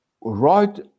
right